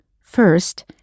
first